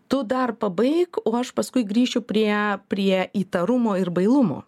tu dar pabaik o aš paskui grįšiu prie prie įtarumo ir bailumo